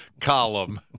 column